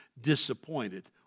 disappointed